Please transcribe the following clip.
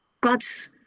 God's